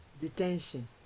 detention